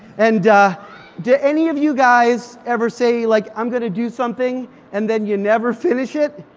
and did any of you guys ever say like i'm going to do something and then you never finish it?